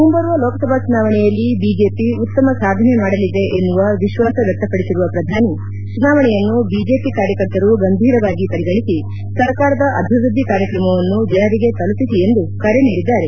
ಮುಂಬರುವ ಲೋಕಸಭಾ ಚುನಾವಣೆಯಲ್ಲಿ ಬಿಜೆಪಿ ಉತ್ತಮ ಸಾಧನೆ ಮಾಡಲಿದೆ ಎನ್ನುವ ವಿಶ್ವಾಸ ವ್ಯಕ್ತಪಡಿಸಿರುವ ಪ್ರಧಾನಿ ಚುನಾವಣೆಯನ್ನು ಬಿಜೆಪಿ ಕಾರ್ಯಕರ್ತರು ಗಂಭೀರವಾಗಿ ಪರಿಗಣಿಸಿ ಸರ್ಕಾರದ ಅಭಿವೃದ್ದಿ ಕಾರ್ಯಕ್ರಮವನ್ನು ಜನರಿಗೆ ತಲುಪಿಸಿ ಎಂದು ಕರೆ ನೀಡಿದ್ದಾರೆ